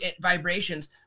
vibrations